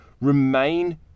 remain